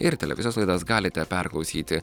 ir televizijos laidas galite perklausyti